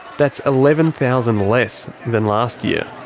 that's eleven thousand less than last year.